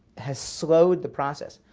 has slowed the process.